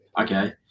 okay